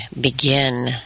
begin